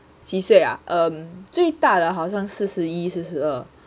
几岁啊 um 最大的好像四十一四十二